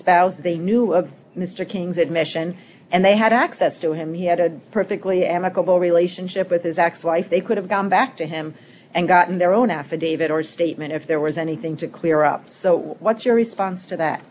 spouse the knew of mr king's admission and they had access to him he had a perfectly amicable relationship with his ex wife they could have gone back to him and gotten their own affidavit or statement if there was anything to clear up so what's your response to that